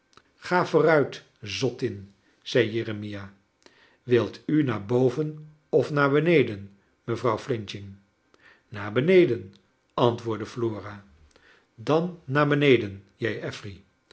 ga vooruit zottin zei jeremia wilt u naar boven of naar beneden mevrouw flinching naar beneden antwoordde flora dan naar beneden